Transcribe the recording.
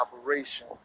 operation